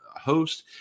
host